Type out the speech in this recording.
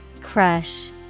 Crush